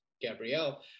Gabrielle